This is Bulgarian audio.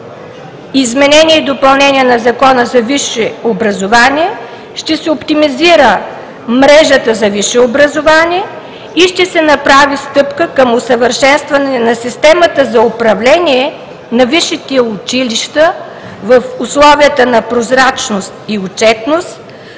изменение и допълнение на Закона за висшето образование ще се оптимизира мрежата за висше образование и ще се направи стъпка към усъвършенстване на системата за управление на висшите училища в условията на прозрачност и отчетност